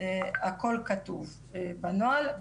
הכל כתוב בנוהל.